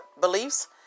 beliefs